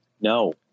No